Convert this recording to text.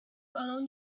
along